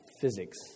physics